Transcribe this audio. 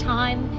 time